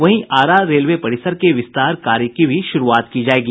वहीं आरा रेलवे परिसर के विस्तार कार्य की भी शुरूआत की जायेगी